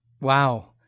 Wow